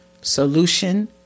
solution